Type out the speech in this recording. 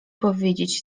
powiedzieć